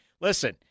listen